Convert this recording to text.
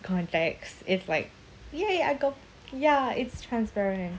contacts it's like !yay! I got ya it's transparent